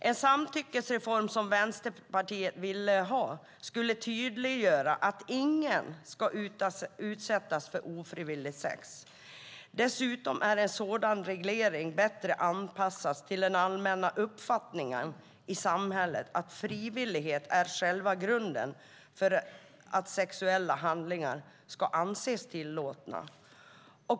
En samtyckesreform som Vänsterpartiet ville ha skulle tydliggöra att ingen ska utsättas för ofrivilligt sex. Dessutom är en sådan reglering bättre anpassad till den allmänna uppfattningen i samhället, att frivillighet är själva grunden för att sexuella handlingar ska anses tillåtna.